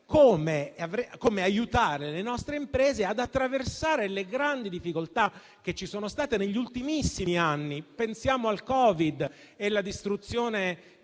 come aiutare le nostre imprese ad attraversare le grandi difficoltà che ci sono state negli ultimissimi anni: pensiamo al Covid e alla rottura